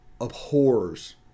abhors